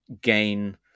gain